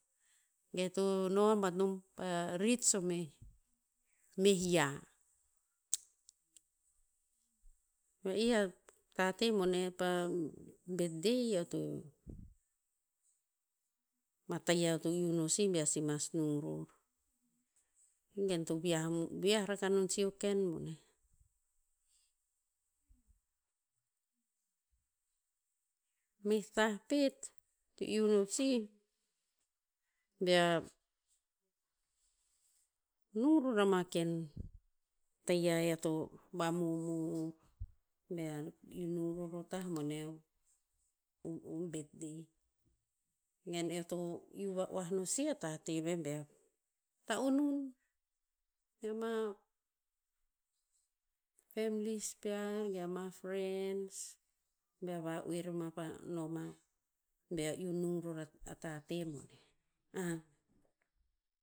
Ge e to no a bat nom pa rits o meh- meh yia. Va'ih a tate bone pa birthday eo to, ma tayiah eo to iu no si bea si mas nung ror. I gen to viah vi'ah rakah non si o ken boneh. Meh tah pet, to iu no sih, bea nung ror ama ken tayiah ear to bea iu nung ror o tah boneh o o birthday. Gen eo to iu va'oah no sih, a tate ve bea ta'unun mea ma families pear ge ama friends bea va'oe ro ma pa noma bea iu nung ror a tate boneh, ah.